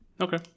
Okay